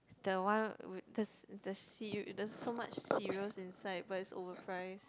the one with the the cer~ with there's so much cereal inside but it's overpriced